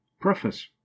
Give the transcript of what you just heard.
Preface